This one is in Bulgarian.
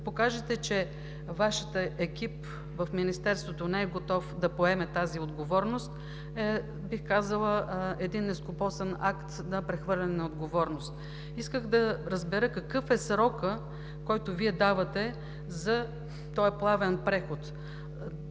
покажете, че Вашият екип в Министерството не е готов да поеме тази отговорност, е, бих казала, нескопосан акт на прехвърляне на отговорност. Исках да разбера какъв е срокът, който Вие давате за този плавен преход.